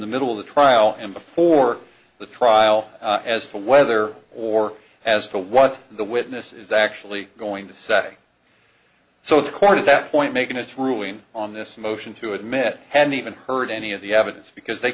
the middle of the trial and before the trial as to whether or as to what the witness is actually going to say so the court at that point making his ruling on this motion to admit hadn't even heard any of the evidence because they